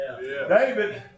David